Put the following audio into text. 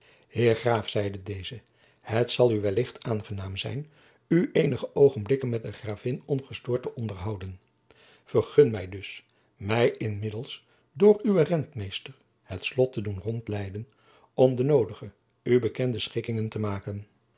heer graaf zeide deze het zal u wellicht aangenaam zijn u eenige oogenblikken met de gravin ongestoord te onderhouden vergun mij dus mij inmiddels door uwen rentmeester het slot te doen rondleiden om de noodige u bekende schikkingen te maken